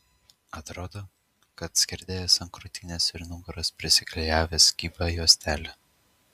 atrodo kad skerdėjas ant krūtinės ir nugaros prisiklijavęs kibią juostelę